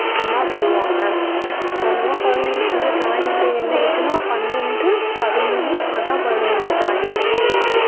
அப்புடின்னு தான் சொல்லுவாங்கள் அதனால குழந்தைங்களுக்கு வந்து ட்ராயிங் வரைய என்ன ஏஜ்ஜுனால் பன்னெண்டு பதிமூணு அதுதான் குழந்தைங்களுக்கு ட்ராயிங் வரைய ஏஜ்ஜு